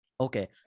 Okay